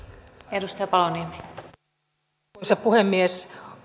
arvoisa puhemies